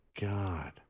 God